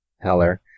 Heller